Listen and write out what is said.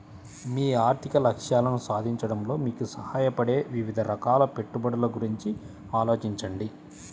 మీ ఆర్థిక లక్ష్యాలను సాధించడంలో మీకు సహాయపడే వివిధ రకాల పెట్టుబడుల గురించి ఆలోచించండి